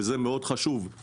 וזה מאוד חשוב,